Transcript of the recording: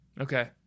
Okay